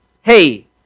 Hey